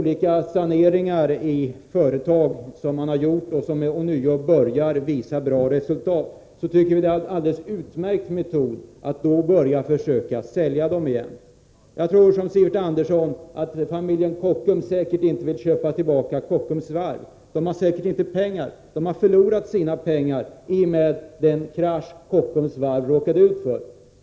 Vad beträffar företag som sanerats och som ånyo börjar visa bra resultat vill jag säga att vi tycker det är en alldeles utmärkt metod att försöka sälja dem igen. Liksom Sivert Andersson tror jag inte att familjen Kockum skulle köpa tillbaka Kockums Varv. Familjen kan säkert inte göra det. Den förlorade sina pengar i och med den krasch som varvet råkade ut för.